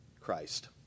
Christ